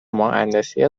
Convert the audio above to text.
مهندسی